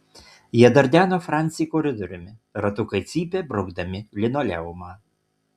jie dardeno francį koridoriumi ratukai cypė braukdami linoleumą